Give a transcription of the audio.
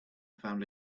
found